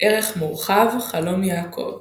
ערך מורחב – חלום יעקב